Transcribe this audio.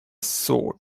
sword